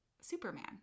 Superman